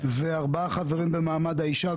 וארבעה חברים במעמד האישה.